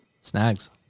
Snags